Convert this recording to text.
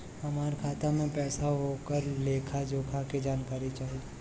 हमार खाता में पैसा ओकर लेखा जोखा के जानकारी चाही?